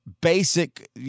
basic